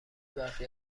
برفی